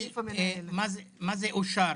מה זה אושר?